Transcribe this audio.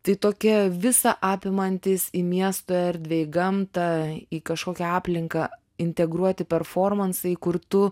tai tokia visa apimantis į miesto erdvę į gamtą į kažkokią aplinką integruoti performansai kur tu